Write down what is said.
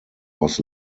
was